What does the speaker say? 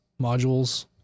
modules